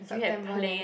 September leh